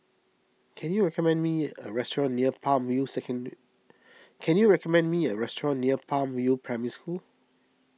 can you recommend me a restaurant near Palm View second can you recommend me a restaurant near Palm View Primary School